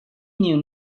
knew